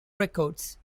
records